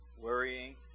worrying